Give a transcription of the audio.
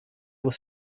was